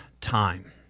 time